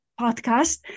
podcast